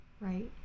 right